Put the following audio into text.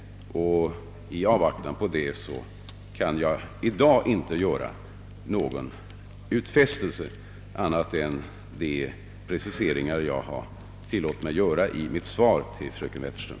I avvaktan därpå kan jag i dag inte ge någon annan utfästelse än de preciseringar som jag har tillåtit mig göra i mitt svar till fröken Wetterström.